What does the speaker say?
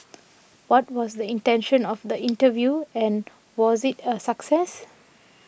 what was the intention of the interview and was it a success